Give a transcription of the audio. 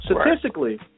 Statistically